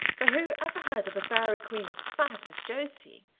for who ever heard of a fairy queen as fat as josie?